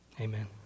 Amen